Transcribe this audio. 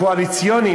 הקואליציוניים,